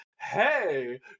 hey